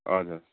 हजुर